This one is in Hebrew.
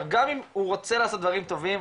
גם אם הוא רוצה לעשות דברים טובים,